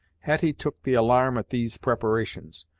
hetty took the alarm at these preparations,